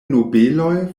nobeloj